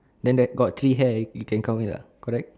then that got three hair you can count it uh correct